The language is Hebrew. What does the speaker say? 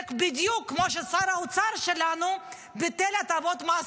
זה בדיוק כמו ששר האוצר שלנו ביטל הטבות מס